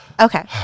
Okay